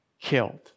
killed